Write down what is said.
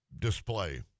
display